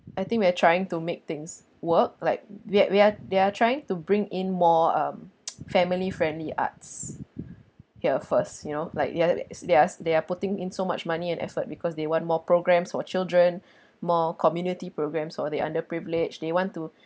I think we are trying to make things work like we are we are we are trying to bring in more um family friendly arts here first you know like their they are putting in so much money and effort because they want more programmes for children more community programmes or the underprivileged they want to